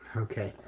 okay,